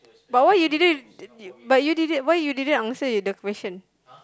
but why you didn't uh but you didn't why you didn't answer the question